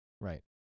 Right